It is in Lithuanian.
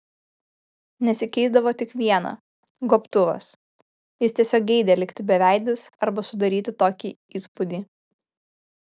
nesikeisdavo tik viena gobtuvas jis tiesiog geidė likti beveidis arba sudaryti tokį įspūdį